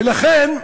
ולכן,